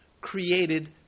created